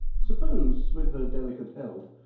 suppose, with her delicate health,